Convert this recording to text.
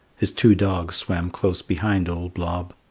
his two dogs swam close behind old blob.